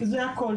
זה הכול.